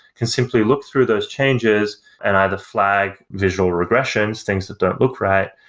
can simply look through those changes and either flag visual regressions, things that don't look right,